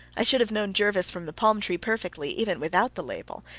i should have known jervis from the palm tree perfectly, even without the label,